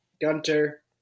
Gunter